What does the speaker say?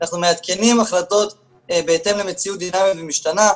אנחנו מעדכנים החלטות בהתאם למציאות דינמית ומשתנה.